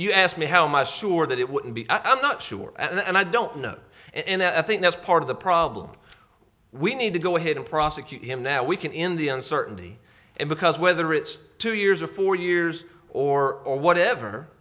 you asked me how much sure that it would be i'm not sure and i don't know and i think that's part of the problem we need to go ahead and prosecute him now we can in the uncertainty and because whether it's two years or four years or whatever